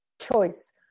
choice